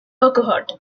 urquhart